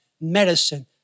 medicine